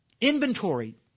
Inventory